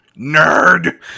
Nerd